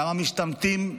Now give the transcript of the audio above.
גם המשתמטים.